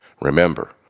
Remember